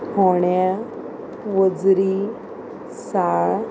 होण्या वजरी साळ